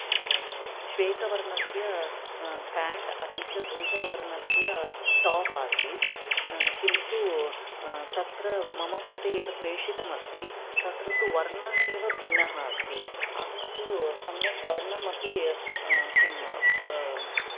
श्वेतवर्णस्य पेंट् अपि च धूसरवर्णस्य टाप् आसीत् किन्तु तत्र मम कृते यद् प्रेशितम् अस्ति तत्र तु वर्णः एव भिन्नः अस्ति अहं तु सम्यक् वर्णमपि किं